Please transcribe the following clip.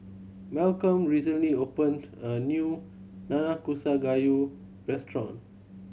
Malcom recently opened a new Nanakusa Gayu restaurant